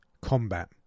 Combat